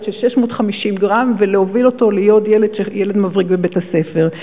של 650 גרם ולהוביל אותו להיות ילד מבריק בבית-הספר.